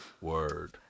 Word